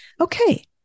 Okay